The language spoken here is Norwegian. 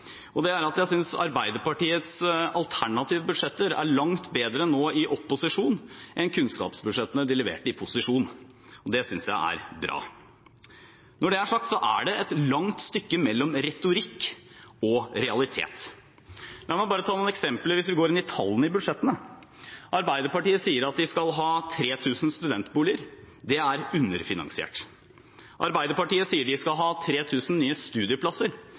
og det er at jeg synes at Arbeiderpartiets alternative budsjetter er langt bedre nå i opposisjon enn kunnskapsbudsjettene de leverte i posisjon. Det synes jeg er bra. Når det er sagt, så er det et langt stykke mellom retorikk og realitet. La meg ta noen eksempler, hvis vi går inn i tallene i budsjettet: Arbeiderpartiet sier at de skal ha 3 000 studentboliger; det er underfinansiert. Arbeiderpartiet sier at de skal ha 3 000 nye studieplasser